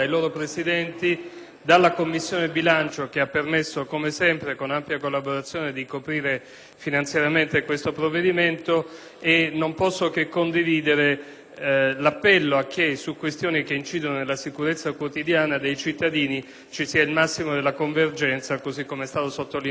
la Commissione bilancio, che ha permesso, come sempre con ampia collaborazione, di coprire finanziariamente questo provvedimento. Non posso che condividere l'appello a che su questioni che incidono sulla sicurezza quotidiana dei cittadini ci sia il massimo della convergenza, così come è stato sottolineato prima in quest'Aula.